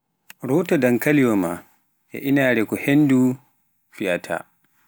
rota dankaliwa maa e inaare ko henndu fiata.